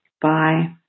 bye